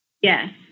Yes